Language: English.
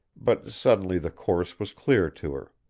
but suddenly the course was clear to her.